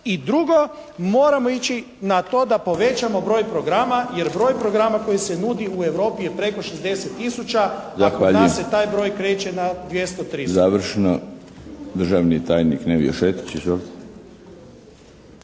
I drugo, moramo ići na to da povećamo broj programa jer broj programa koji se nudi u Europi je preko 60 tisuća a kod nas se taj broj kreće na 200, 300.